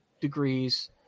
degrees